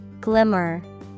Glimmer